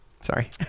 sorry